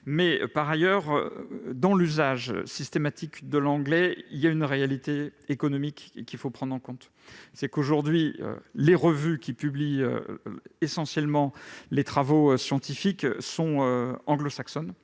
Par ailleurs, l'usage systématique de l'anglais recouvre une réalité économique qu'il faut prendre en compte. Aujourd'hui, les revues qui publient l'essentiel des travaux scientifiques sont anglo-saxonnes